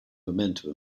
momentum